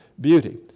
beauty